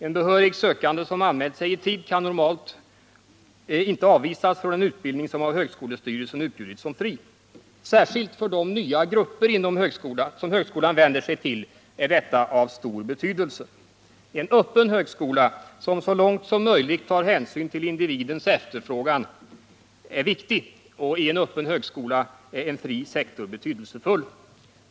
En behörig sökande som anmält sig i tid kan normalt inte avvisas från en utbildning som av högskolestyrelsen utbjudits som fri. Särskilt för de nya grupper som högskolan vänder sig till är detta av stor betydelse. I en öppen högskola, som så långt som möjligt tar hänsyn till individens efterfrågan, är en fri sektor mycket viktig.